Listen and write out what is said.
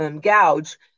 gouge